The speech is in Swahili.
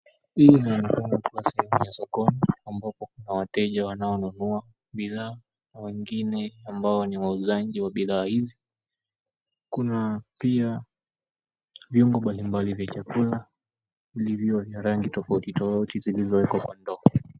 Hii inaonekana kuwa sehemu ya sokoni ambapo Kuna wateja wanaonunua bidhaa na wengine ni wauzaji wa bidhaa hizi. Kuna pia viungo mbalimbali vya chakula vilivyo na rangi tofauti tofauti zilizowekwa Kwa ndoo.